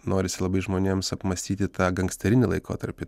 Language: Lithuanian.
norisi labai žmonėms apmąstyti tą gangsterinį laikotarpį